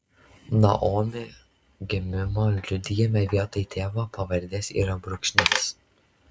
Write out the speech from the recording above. naomi gimimo liudijime vietoj tėvo pavardės yra brūkšnys